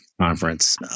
Conference